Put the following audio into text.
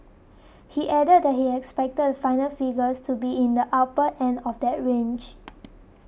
he added that he expected the final figures to be in the upper end of that range